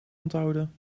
onthouden